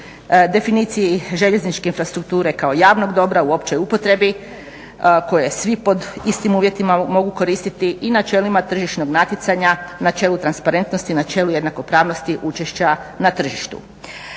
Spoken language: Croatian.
definicije željezničke infrastrukture kao javnog dobra u općoj upotrebi koje svi pod istim uvjetima mogu koristiti i načelima tržišnog natjecanja, načelu transparentnosti, načelu jednakopravnosti učešća na tržištu.